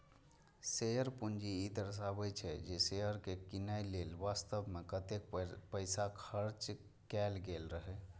share पूंजी ई दर्शाबै छै, जे शेयर कें कीनय लेल वास्तव मे कतेक पैसा खर्च कैल गेल रहै